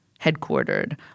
headquartered